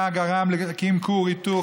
מה גרם להקים כור היתוך,